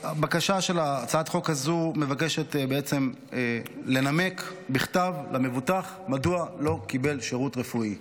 הצעת החוק הזו מבקשת לנמק בכתב למבוטח מדוע לא קיבל שירות רפואי,